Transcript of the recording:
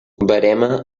verema